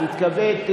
תתכבד.